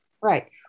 Right